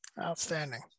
outstanding